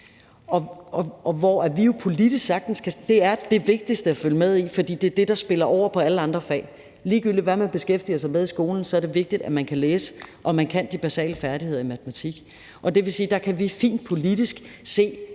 det er det vigtigste at følge med i, fordi det er det, der spiller over på alle andre fag. Ligegyldigt hvad man beskæftiger sig med i skolen, er det vigtigt, at man kan læse, og at man har de basale færdigheder i matematik. Det vil sige, at der kan vi fint politisk se,